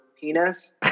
penis